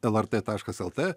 lrt taškas lt